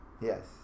Yes